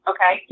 Okay